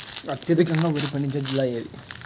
అత్యధికంగా వరి పండించే జిల్లా ఏది?